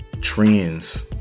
trends